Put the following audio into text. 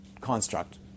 construct